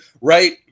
right